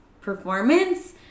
performance